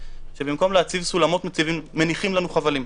שבמקום להציב סולמות מניחים לנו חבלים.